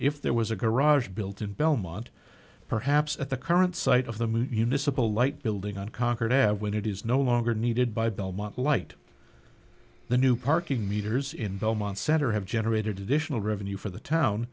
if there was a garage built in belmont perhaps at the current site of the municipal light building unconquered have when it is no longer needed by belmont light the new parking meters in belmont center have generated additional revenue for the town